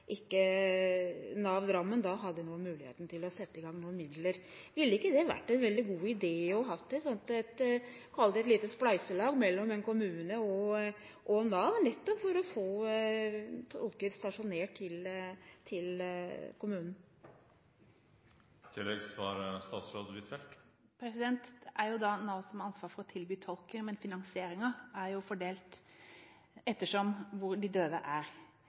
hadde mulighet til å sette i gang noen midler. Ville det ikke vært en veldig god idé å ha et sånt – la oss kalle det – lite spleiselag mellom en kommune og Nav nettopp for å få tolker stasjonert i kommunen? Det er jo Nav som har ansvaret for å tilby tolk, men finansieringen er fordelt etter hvor de døve er.